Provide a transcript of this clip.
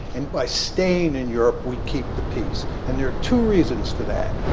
and by staying in europe, we keep the peace. and there are two reasons for that.